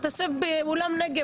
תעשה את הדיונים באולם נגב.